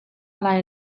lai